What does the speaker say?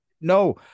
No